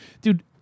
Dude